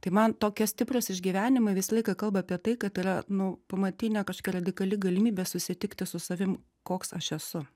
tai man tokie stiprūs išgyvenimai visą laiką kalba apie tai kad yra nu pamatinė kažkokia radikali galimybė susitikti su savim koks aš esu